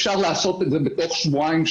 אפשר לעשות את זה בתוך שבועיים,